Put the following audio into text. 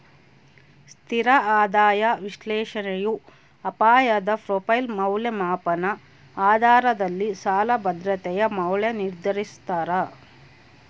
ಸ್ಥಿರ ಆದಾಯ ವಿಶ್ಲೇಷಣೆಯು ಅಪಾಯದ ಪ್ರೊಫೈಲ್ ಮೌಲ್ಯಮಾಪನ ಆಧಾರದಲ್ಲಿ ಸಾಲ ಭದ್ರತೆಯ ಮೌಲ್ಯ ನಿರ್ಧರಿಸ್ತಾರ